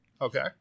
okay